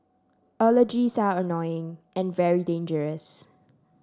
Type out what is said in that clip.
allergies are annoying and very dangerous